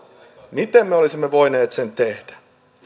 miten me olisimme sen voineet tehdä